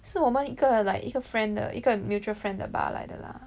是我们一个 like 一个 friend 的一个 mutual friend 的 bar 来的啦